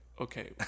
okay